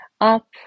up